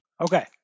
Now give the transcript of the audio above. Okay